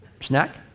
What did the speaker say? snack